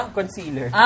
Concealer